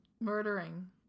murdering